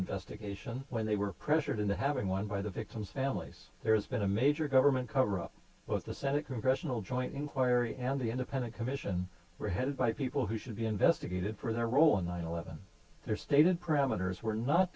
investigation when they were pressured into having one by the victims families there has been a major government cover up but the senate congressional joint inquiry and the independent commission were headed by people who should be investigated for their role in nine eleven their stated parameters were not